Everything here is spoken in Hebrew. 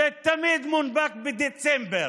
זה תמיד מונפק בדצמבר.